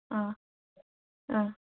অঁ অঁ